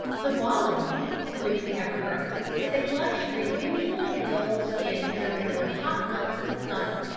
the wallowing, to which we have referred, is a luxury usually indulged in during the hot months of summer,